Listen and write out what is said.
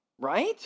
right